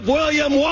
William